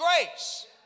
grace